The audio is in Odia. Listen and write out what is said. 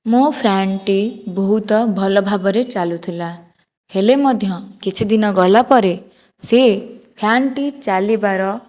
ମୋ ଫ୍ୟାନଟି ବହୁତ ଭଲଭାବରେ ଚାଲୁଥିଲା ହେଲେ ମଧ୍ୟ କିଛି ଦିନ ଗଲା ପରେ ସେ ଫ୍ୟାନଟି ଚାଲିବାର